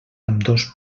ambdós